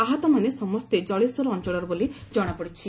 ଆହତମାନେ ସମସ୍ତେ ଜଳେଶ୍ୱର ଅଞ୍ଞଳର ବୋଲି ଜଣାପଡିଛି